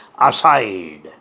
aside